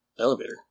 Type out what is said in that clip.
elevator